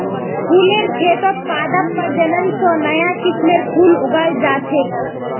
फुलेर खेतत पादप प्रजनन स नया किस्मेर फूल उगाल जा छेक